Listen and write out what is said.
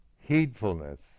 Heedfulness